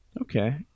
Okay